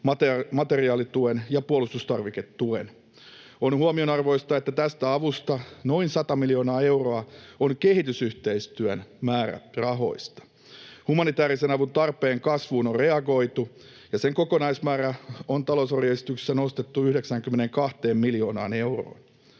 materiaalituen ja puolustustarviketuen. On huomionarvoista, että tästä avusta noin 100 miljoonaa euroa on kehitysyhteistyön määrärahoista. Humanitäärisen avun tarpeen kasvuun on reagoitu, ja sen kokonaismäärä on talousarvioesityksessä nostettu 92 miljoonaan euroon.